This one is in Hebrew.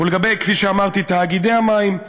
ולגבי, כפי שאמרתי, תאגידי המים,